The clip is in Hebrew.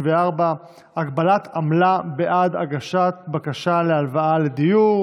34) (הגבלת עמלה בעד הגשת בקשה להלוואה לדיור).